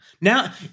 Now